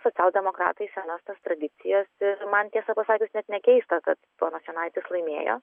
socialdemokratai senas tradicijas ir man tiesą pasakius net ne keista kad ponas jonaitis laimėjo